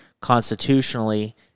Constitutionally